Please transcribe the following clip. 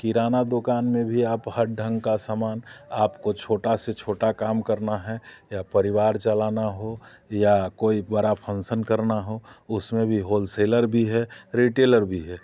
किराना दुकान में भी आप हर ढंग का सामान आपको छोटा से छोटा काम करना है या परिवार चलाना हो या कोई बड़ा फंक्सन करना हो उसमें भी होलसेलर भी है रिटेलर भी है